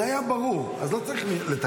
זה היה ברור, אז לא צריך לתקן.